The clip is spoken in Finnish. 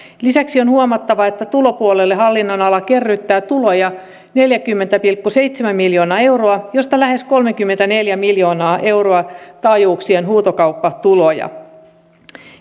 lisäksi on huomattava että tulopuolelle hallinnonala kerryttää tuloja neljäkymmentä pilkku seitsemän miljoonaa euroa joista lähes kolmekymmentäneljä miljoonaa euroa on taajuuksien huutokauppatuloja